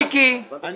מיקי, בבקשה.